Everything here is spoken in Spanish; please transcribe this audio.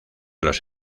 los